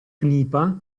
cnipa